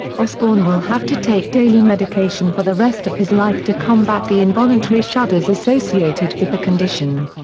osbourne will have to take daily medication for the rest of his life to combat the involuntary shudders associated with the condition.